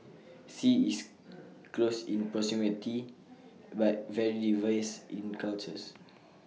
sea is close in proximity but very diverse in cultures